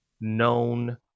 known